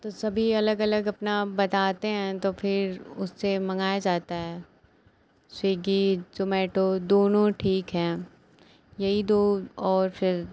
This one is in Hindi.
तो सभी अलग अलग अपना बताते हैं तो फिर उससे मँगाया जाता है स्विगी ज़ोमैटो दोनों ठीक हैं यही दो और फिर